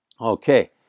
Okay